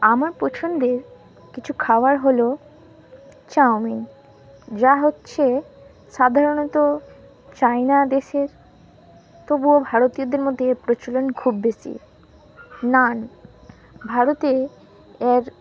আমার পছন্দের কিছু খাবার হলো চাউমিন যা হচ্ছে সাধারণত চায়না দেশের তবুও ভারতীয়দের মধ্যে প্রচলন খুব বেশি নান ভারতে এর